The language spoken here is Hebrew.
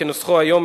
כנוסחו היום,